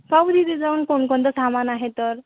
पाहू तिथे जाऊन कोणकोणतं सामान आहे तर